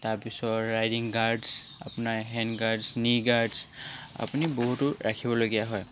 তাৰপিছৰ riding guards আপোনাৰ hand guards knee guards আপুনি বহুতো ৰাখিবলগীয়া হয়